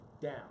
down